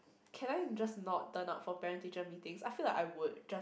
can I just not turn up for parent teacher Meetings I feel like I would just